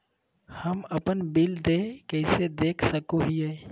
हम अपन बिल देय कैसे देख सको हियै?